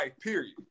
period